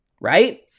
Right